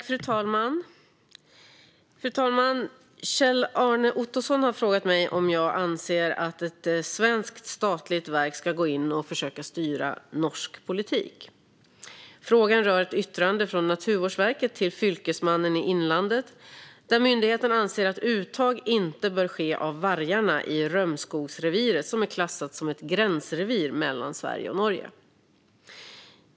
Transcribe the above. Fru talman! Kjell-Arne Ottosson har frågat mig om jag anser att ett svenskt statligt verk ska gå in och försöka styra norsk politik. Frågan rör ett yttrande från Naturvårdsverket till Fylkesmannen i Innlandet där myndigheten anser att uttag inte bör ske av vargarna i Römskogsreviret, som är klassat som ett gränsrevir mellan Sverige och Norge.